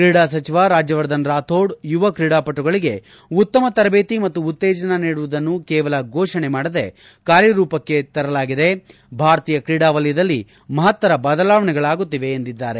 ಕ್ರೀಡಾ ಸಚಿವ ರಾಜ್ಯವರ್ಧನ್ ರಾಥೋಡ್ ಯುವ ಕ್ರೀಡಾಪಟುಗಳಿಗೆ ಉತ್ತಮ ತರಬೇತಿ ಮತ್ತು ಉತ್ತೇಜನ ನೀಡುವುದನ್ನು ಕೇವಲ ಫೋಷಣೆ ಮಾಡದೇ ಕಾರ್ಯರೂಪಕ್ಕೆ ಇಳಿಸಲಾಗಿದೆ ಭಾರತೀಯ ಕ್ರೀಡಾ ವಲಯದಲ್ಲಿ ಮಹತ್ತರ ಬದಲಾವಣೆಗಳಾಗುತ್ತಿವೆ ಎಂದಿದ್ದಾರೆ